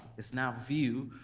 it's now view,